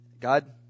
God